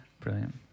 Brilliant